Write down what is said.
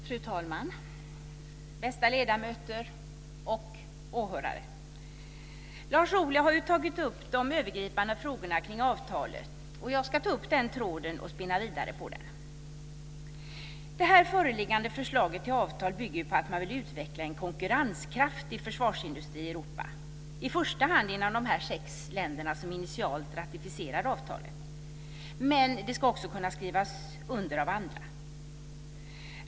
Fru talman, bästa ledamöter och åhörare! Lars Ohly har tagit upp de övergripande frågorna kring avtalet. Jag ska ta upp den tråden och spinna vidare på den. Det föreliggande förslaget till avtal bygger på att man vill utveckla en konkurrenskraftig försvarsindustri i Europa. Det ska i första hand ske i de sex länder som initialt ratificerar avtalet, men det ska också kunna skrivas under av andra.